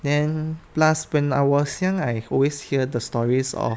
then plus when I was young I always hear the stories of